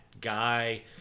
guy